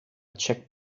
check